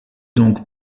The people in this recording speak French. donc